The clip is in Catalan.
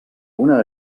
una